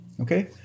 Okay